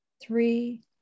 three